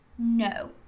No